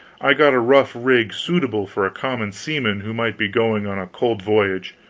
i got a rough rig suitable for a common seaman who might be going on a cold voyage,